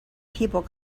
people